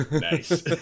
Nice